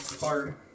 hard